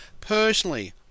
Personally